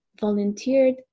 volunteered